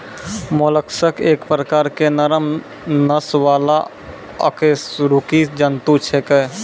mollusc एक प्रकार के नरम नस वाला अकशेरुकी जंतु छेकै